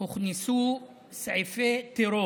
הוכנסו סעיפי טרור